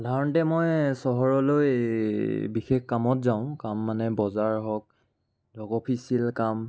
সাধাৰণতে মই চহৰলৈ বিশেষ কামত যাওঁ কাম মানে বজাৰ হওক ধৰক অফিচিয়েল কাম